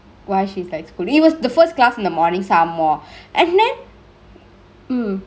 why she's like scoldingk it was the first class in the morningk some more and then